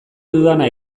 dudana